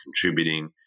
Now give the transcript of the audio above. contributing